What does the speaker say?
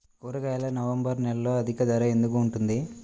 కూరగాయలు నవంబర్ నెలలో అధిక ధర ఎందుకు ఉంటుంది?